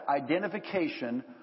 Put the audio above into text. identification